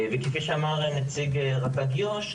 וכפי שאמר נציג רט"ג יו"ש,